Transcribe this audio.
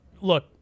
look